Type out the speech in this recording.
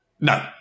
No